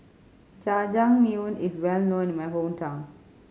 Jajangmyeon is well known in my hometown